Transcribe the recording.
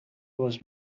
was